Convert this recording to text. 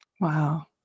Wow